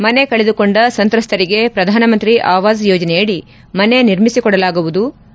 ಮನೆ ಕಳೆದುಕೊಂಡ ಸಂತ್ರಸ್ತರಿಗೆ ಪ್ರಧಾನಮಂತ್ರಿ ಆವಾಸ್ ಯೋಜನೆಯಡಿ ಮನೆ ನಿರ್ಮಿಸಿಕೊಡಲಾಗುವುದು ಪ್ರಧಾನಿ ಭರವಸೆ